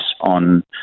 on